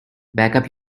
backup